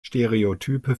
stereotype